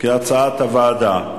כהצעת הוועדה.